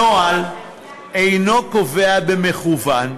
הנוהל אינו קובע, במכוון,